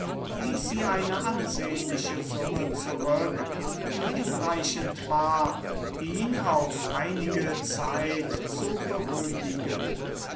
ließ sie eine ansehnliche summe zurück die hinreichend war ihn auf einige zeit zu beruhigen